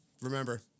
Remember